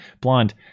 blonde